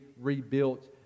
rebuilt